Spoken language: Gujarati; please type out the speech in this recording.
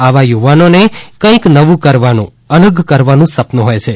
આવા યુવાનોને કંઇક નવું કરવાનું અલગ કરવાનું સપનું હોય છે